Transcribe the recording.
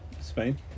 Spain